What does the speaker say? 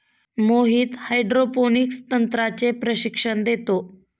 Mohit hydroponics तंत्राचे प्रशिक्षण देतो